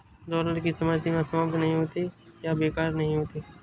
dollar की समय सीमा समाप्त नहीं होती है या बेकार नहीं होती है